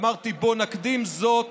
אמרתי: בואו נקדים זאת